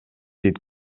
дейт